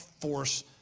force